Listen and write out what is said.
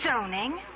Zoning